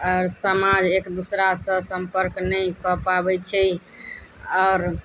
आओर समाज एक दूसरासँ सम्पर्क नहि कऽ पाबै छै आओर